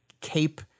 Cape